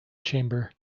chamber